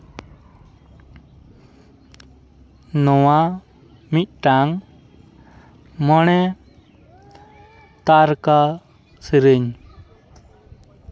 ᱱᱚᱣᱟ ᱢᱤᱫᱴᱟᱝ ᱢᱚᱬᱮ ᱛᱟᱨᱠᱟ ᱥᱮᱨᱮᱧ